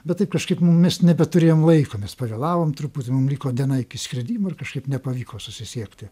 bet taip kažkaip mum mes nebeturėjom laiko mes pavėlavom truputį mum liko diena iki skridimo ir kažkaip nepavyko susisiekti